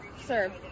sir